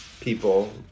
people